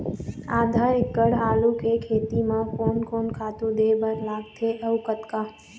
आधा एकड़ आलू के खेती म कोन कोन खातू दे बर लगथे अऊ कतका?